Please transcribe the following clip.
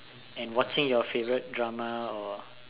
and watching your favourite drama or